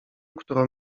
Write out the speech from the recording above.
którą